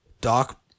Doc